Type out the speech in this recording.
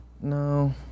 No